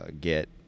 get